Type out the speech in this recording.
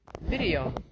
video